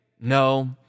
no